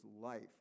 life